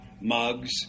mugs